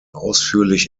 ausführlich